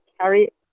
carry